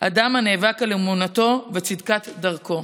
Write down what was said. אדם הנאבק על אמונתו בצדקת דרכו,